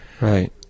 Right